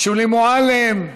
שולי מועלם,